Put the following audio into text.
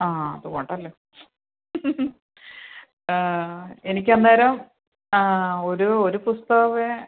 ആ അതുകൊണ്ടല്ലേ എനിക്ക് അന്നേരം ഒരൂ ഒരു പുസ്തകമേ